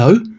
Hello